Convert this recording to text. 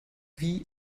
wie